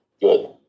good